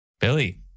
Billy